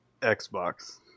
Xbox